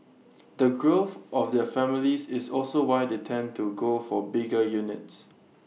the growth of their families is also why they tend to go for bigger units